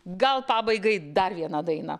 gal pabaigai dar vieną dainą